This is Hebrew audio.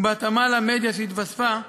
ובהתאמה למדיה שהתווספה,